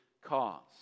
cause